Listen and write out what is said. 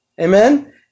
Amen